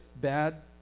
bad